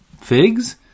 figs